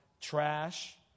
trash